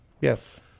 Yes